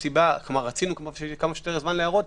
רצינו כמה שיותר זמן להערות,